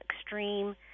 extreme